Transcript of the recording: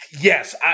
Yes